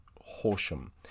Horsham